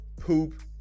poop